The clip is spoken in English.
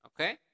Okay